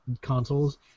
consoles